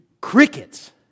crickets